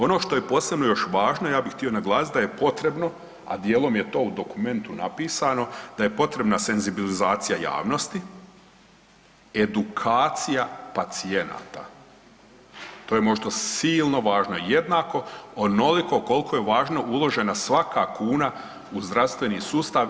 Ono što je posebno još važno, ja bi htio naglasiti da je potrebno, a dijelom je to u dokumentu napisano, da je potrebna senzibilizacija javnosti, edukacija pacijenata, to je nešto silno važno, jednako onoliko koliko je važno uložena svaka kuna u zdravstveni sustav.